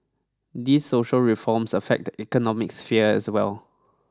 these social reforms affect the economic sphere as well